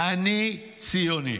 אני ציוני.